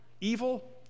evil